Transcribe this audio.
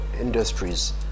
industries